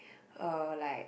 uh like